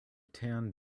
tan